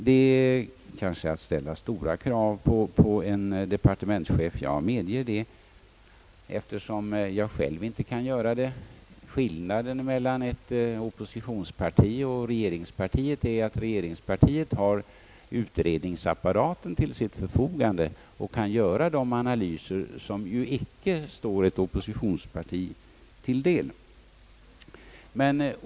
Jag ställer kanske stora krav på departementschefen, jag medger det, eftersom jag själv inte kan ta ställning. Skillnaden mellan ett oppositionsparti och ett regeringsparti är emellertid att regeringspartiet har utredningsapparaten till sitt förfogande och kan göra analyser på ett sätt som icke står ett oppositionsparti till buds.